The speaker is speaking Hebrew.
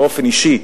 באופן אישי,